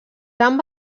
tant